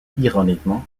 ironiquement